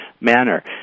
manner